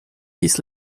his